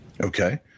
Okay